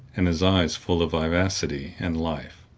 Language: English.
and his eyes full of vivacity and life.